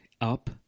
up